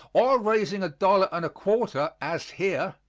or raising a dollar and a quarter, as here,